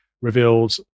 reveals